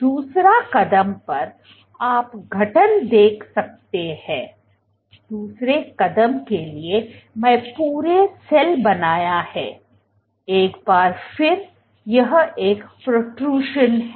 दूसरा कदम पर आप गठन देख सकते हैं दूसरे कदम के लिए मैं पूरे सेल बनाया है एक बार फिर यह एक पॊ़ट्रट्यूशन है